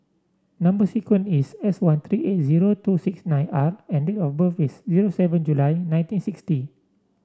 number sequence is S one three eight zero two six nine R and date of birth is zero seven July nineteen sixty